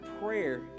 prayer